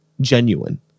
genuine